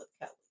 Kelly